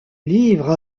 livre